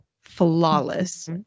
Flawless